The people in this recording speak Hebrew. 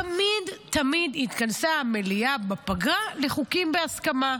תמיד תמיד התכנסה המליאה בפגרה לחוקים בהסכמה.